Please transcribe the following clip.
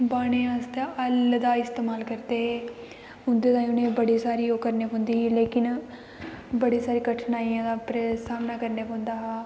बाह्ने आस्ते हल्ल दा इस्तेमाल करदे हे ओह्दै ताईं उ'नें गी बड़ी सारी ओह् करनी पौंदी ही लेकिन बड़ी सारी कठिनाइयें दा सामना करना पौंदा हां